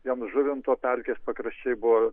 jom žuvinto pelkės pakraščiai buvo